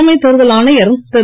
தலைமை தேர்தல் ஆணையர் திரு